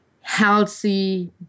healthy